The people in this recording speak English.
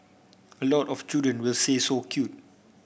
a lot of children will say so cute